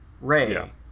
Ray